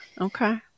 okay